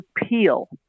appeal